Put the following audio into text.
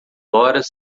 horas